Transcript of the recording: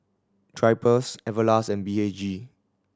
Drypers Everlast and B H G